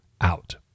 out